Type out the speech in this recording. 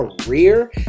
career